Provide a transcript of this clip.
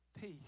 peace